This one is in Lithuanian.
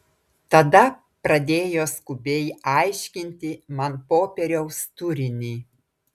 tada pradėjo skubiai aiškinti man popieriaus turinį